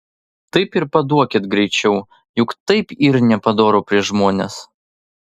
tai ir paduokit greičiau juk taip yr nepadoru prieš žmones